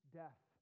death